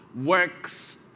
works